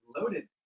loaded